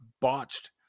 botched